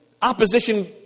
opposition